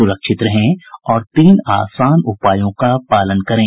सुरक्षित रहें और इन तीन आसान उपायों का पालन करें